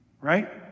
right